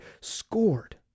scored